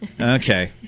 Okay